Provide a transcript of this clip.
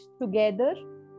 together